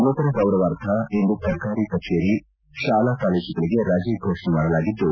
ಮ್ಬತರ ಗೌರವಾರ್ಥ ಇಂದು ಸರ್ಕಾರಿ ಕಚೇರಿ ಶಾಲಾ ಕಾಲೇಜುಗಳಿಗೆ ರಜೆ ಫೋಷಣೆ ಮಾಡಲಾಗಿದ್ದು